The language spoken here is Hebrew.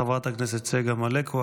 חברת הכנסת צגה מלקו,